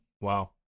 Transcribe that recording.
wow